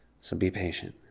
so be patient.